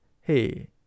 hey